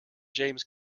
james